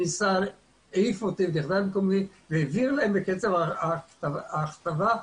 --- והעביר להם בקצב הכתבה,